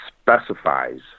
specifies